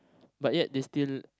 but yet they still